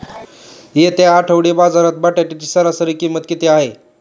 येत्या आठवडी बाजारात बटाट्याची सरासरी किंमत किती आहे?